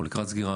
או לקראת סגירה,